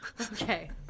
Okay